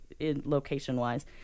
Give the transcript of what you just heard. location-wise